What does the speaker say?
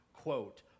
quote